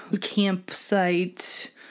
Campsite